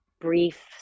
brief